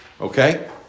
Okay